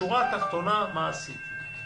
בשורה התחתונה, מה עשיתי: